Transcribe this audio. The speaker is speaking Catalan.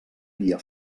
via